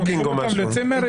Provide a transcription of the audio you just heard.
בוקינג או משהו דומה.